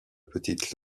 petite